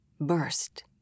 burst